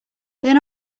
they